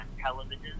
television